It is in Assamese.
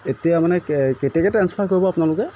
এতিয়া মানে কেতিয়াকৈ ট্ৰেঞ্চফাৰ কৰিব আপোনালোকে